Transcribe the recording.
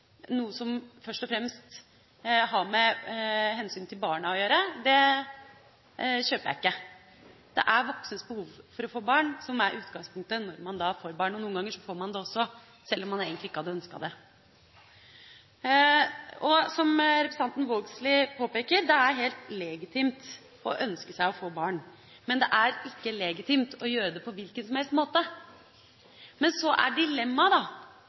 noe som først og fremst har med hensynet til barna å gjøre, kjøper jeg ikke. Det er voksnes behov for å få barn som er utgangpunktet når man får barn, og noen ganger får man det også sjøl om man egentlig ikke hadde ønsket det. Som representanten Vågslid påpeker: Det er helt legitimt å ønske seg barn, men det er ikke legitimt å gjøre det på hvilken som helst måte. Men så er